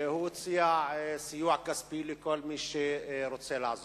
והוא הציע סיוע כספי לכל מי שרוצה לעזוב.